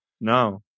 No